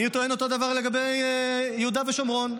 אני טוען גם את אותו הדבר גם לגבי יהודה ושומרון.